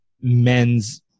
men's